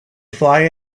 fly